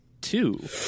two